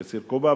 תייסיר קובעה,